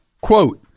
Quote